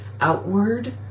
outward